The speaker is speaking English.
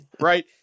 Right